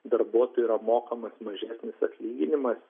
darbuotojui yra mokamas mažesnis atlyginimas